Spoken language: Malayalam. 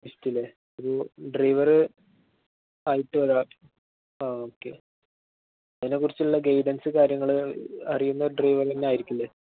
ഒരു ഡ്രൈവറായിട്ട് വരിക ആ ഓക്കെ അതിനെക്കുറിച്ചുള്ള ഗൈഡൻസ് കാര്യങ്ങള് അറിയുന്ന ഡ്രൈവർ തന്നെയായിരിക്കില്ലേ